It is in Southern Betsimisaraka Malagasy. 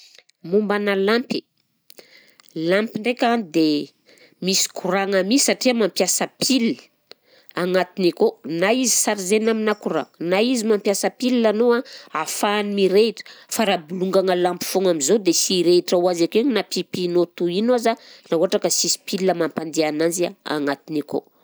Mombanà lampy, lampy ndraika dia misy koragna mi satria mampiasa pile agnatiny akao, na izy chargena aminà courant na izy mampiasa pile anao a ahafahany mirehitra, fa raha bolongagna lampy foagna am'zao dia sy hirehitra ho azy akeo igny na pihipihinao toy ino aza laha ohatra ka sisy pile mampandeha ananzy a agnatiny akao.